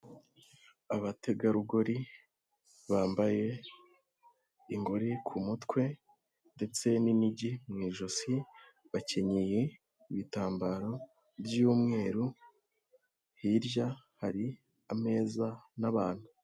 Abategarugori bambaye in ingori ku mutwe ndetse n'inijyi mu ijosi, bakenyeye ibitambaro by'umweru, hirya hari ameza n'abantu.